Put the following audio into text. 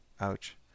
Ouch